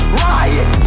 riot